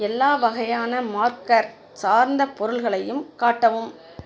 எல்லா வகையான மார்க்கர் சார்ந்த பொருள்களையும் காட்டவும்